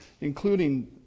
including